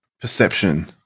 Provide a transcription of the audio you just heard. perception